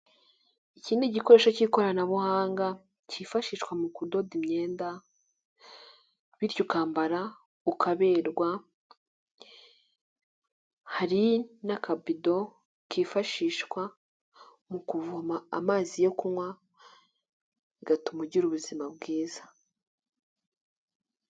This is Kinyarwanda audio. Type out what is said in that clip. Iki ni igikoresho cy'ikoranabuhanga cyifashishwa mu kudoda imyenda, bityo ukambara ukaberwa, hari n'akabido kifashishwa mu kuvoma amazi yo kunywa bigatuma ugira ubuzima bwiza.